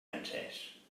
encès